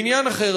בעניין אחר,